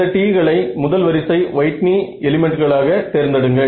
இந்த T களை முதல் வரிசை வையிட்னி எலிமெண்ட்களாக தேர்ந்தெடுங்கள்